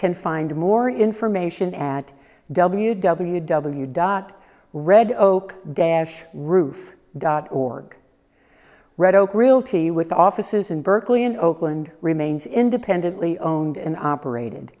can find more information at w w w dot red oak dash roof dot org red oak realty with offices in berkeley and oakland remains independently owned and operated